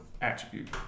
attribute